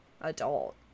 adult